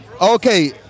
Okay